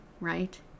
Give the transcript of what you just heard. right